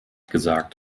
gesagt